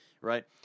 right